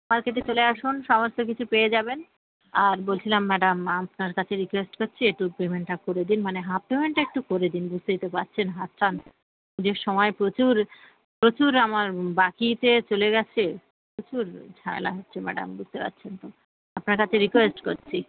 মার্কেটে চলে আসুন সমস্ত কিছু পেয়ে যাবেন আর বলছিলাম ম্যাডাম আপনার কাছে রিকোয়েস্ট করছি একটু পেমেন্টটা করে দিন মানে হাফ পেমেন্টটা একটু করে দিন বুঝতেই তো পারছেন হাত টান পুজোর সময় প্রচুর প্রচুর আমার বাকিতে চলে গেছে প্রচুর ঝামেলা হচ্ছে ম্যাডাম বুঝতে পারছেন তো আপনার কাছে রিকোয়েস্ট করছি